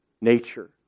nature